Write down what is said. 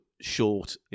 Short